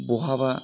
बहाबा